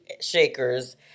shakers